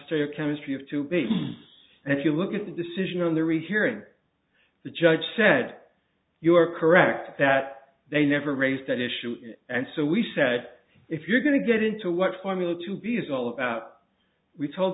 state of chemistry have to be and if you look at the decision on the rehearing the judge said you are correct that they never raised that issue and so we said if you're going to get into what formula to be is all about we told